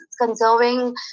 conserving